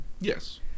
Yes